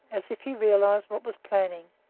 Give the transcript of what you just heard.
as if he realized what was planning,